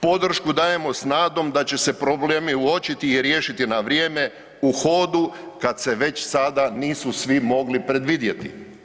Podršku dajemo s nadom da će se problemi uočiti i riješiti na vrijeme u hodu kad se već sada nisu svi mogli predvidjeti.